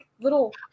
Little